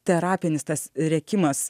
terapinis tas rėkimas